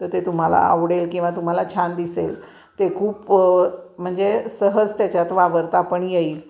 तर ते तुम्हाला आवडेल किंवा तुम्हाला छान दिसेल ते खूप म्हणजे सहज त्याच्यात वावरता पण येईल